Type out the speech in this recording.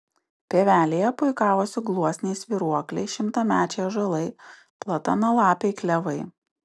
pievelėje puikavosi gluosniai svyruokliai šimtamečiai ąžuolai platanalapiai klevai